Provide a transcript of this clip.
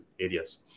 areas